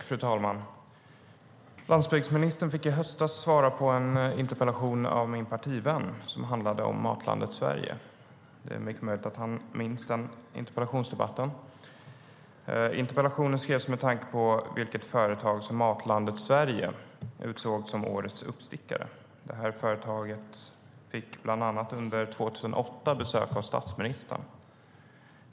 Fru talman! Landsbygdsministern fick i höstas svara på en interpellation av min partivän, en interpellation som handlade om Matlandet Sverige. Det är mycket möjligt att ministern minns den interpellationsdebatten. Interpellationen skrevs med tanke på vilket företag Matlandet Sverige utsåg som årets uppstickare. Företaget fick bland annat besök av statsministern under 2008.